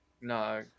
no